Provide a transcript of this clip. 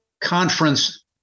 conference